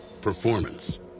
performance